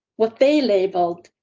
what they labeled.